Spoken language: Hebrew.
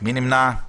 מי נמנע?